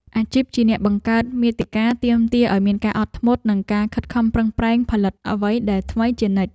អាជីពជាអ្នកបង្កើតមាតិកាទាមទារឱ្យមានការអត់ធ្មត់ និងការខិតខំប្រឹងប្រែងផលិតអ្វីដែលថ្មីជានិច្ច។